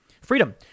freedom